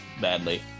badly